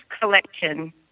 collection